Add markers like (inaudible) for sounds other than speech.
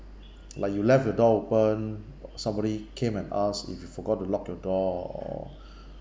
like you left your door open somebody came and ask if you forgot to lock your door or (breath)